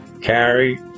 Carrie